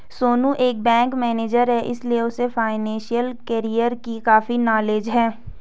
सोनू एक bank manager है इसीलिए उसे फाइनेंशियल कैरियर की काफी नॉलेज है